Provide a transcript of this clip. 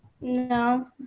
No